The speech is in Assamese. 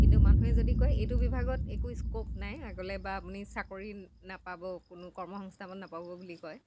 কিন্তু মানুহে যদি কয় এইটো বিভাগত একো স্ক'প নাই আগলৈ বা আপুনি চাকৰি নাপাব কোনো কৰ্ম সংস্থাপন নাপাব বুলি কয়